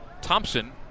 Thompson